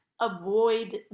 avoid